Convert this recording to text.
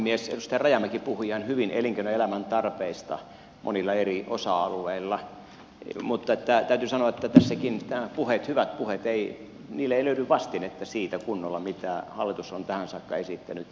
edustaja rajamäki puhui ihan hyvin elinkeinoelämän tarpeista monilla eri osa alueilla mutta täytyy sanoa että tässäkään näille hyville puheille ei löydy kunnolla vastinetta siitä mitä hallitus on tähän saakka esittänyt ja esittää